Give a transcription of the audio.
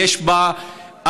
יש בה אפליה,